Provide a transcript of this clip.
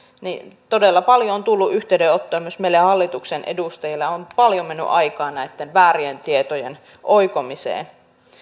todella paljon on tullut yhteydenottoja myös meille hallituksen edustajille on paljon mennyt aikaa näitten väärien tietojen oikomiseen